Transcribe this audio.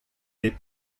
dei